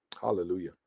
Hallelujah